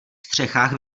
střechách